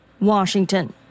Washington